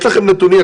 יש לכם נתונים?